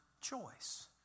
choice